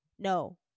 No